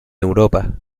europa